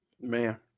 Man